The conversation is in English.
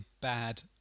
bad